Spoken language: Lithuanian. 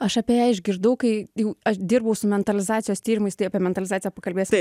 aš apie ją išgirdau kai jau aš dirbau su mentalizacijos tyrimais tai apie mentalizaciją pakalbėsim